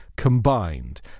Combined